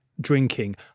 drinking